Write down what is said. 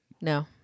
No